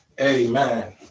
Amen